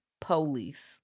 police